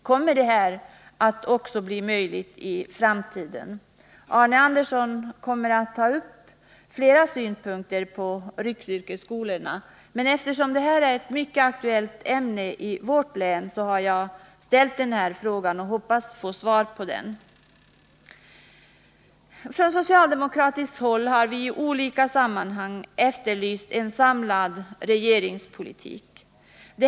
Kommer detta förfarande att bli möjligt även i framtiden? Arne Andersson i Gamleby kommer att anföra flera synpunkter på riksyrkesskolorna, men eftersom detta är ett mycket aktuellt ämne i vårt län har jag ställt dessa frågor. Jag hoppas att jag får svar på dem. Från socialdemokratiskt håll har vi i olika sammanhang efterlyst en samlad regeringspolitik.